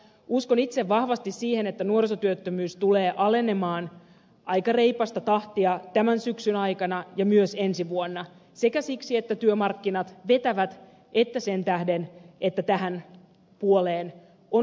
uskon itse vahvasti siihen että nuorisotyöttömyys tulee alenemaan aika reipasta tahtia tämän syksyn aikana ja myös ensi vuonna sekä siksi että työmarkkinat vetävät että sen tähden että tähän puoleen on satsattu rahaa